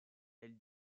elle